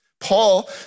Paul